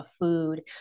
food